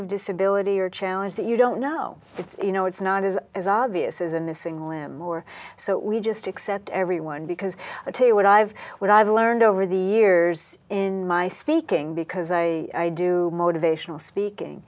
of disability or challenge that you don't know if you know it's not is as obvious as a missing women or so we just accept everyone because i tell you what i've what i've learned over the years in my speaking because i do motivational speaking